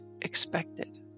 expected